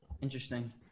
Interesting